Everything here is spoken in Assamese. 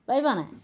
পাৰিবা নাই